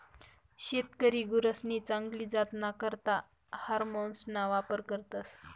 शेतकरी गुरसनी चांगली जातना करता हार्मोन्सना वापर करतस